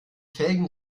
felgen